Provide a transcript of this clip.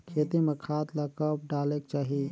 खेती म खाद ला कब डालेक चाही?